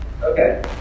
okay